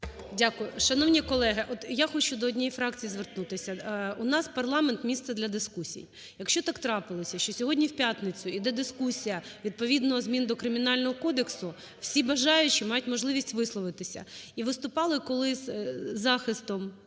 Дякую. Шановні колеги, от я хочу до однієї фракції звернутися. У нас парламент – місце для дискусій. Якщо так трапилося, що сьогодні в п'ятницю іде дискусія відповідно змін до Кримінального кодексу, всі бажаючі мають можливість висловитися. І виступали колись з захистом